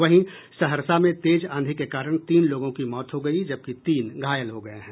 वहीं सहरसा में तेज आंधी के कारण तीन लोगों की मौत हो गयी जबकि तीन घायल हो गये हैं